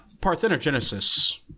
parthenogenesis